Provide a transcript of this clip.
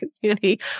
community